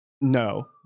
No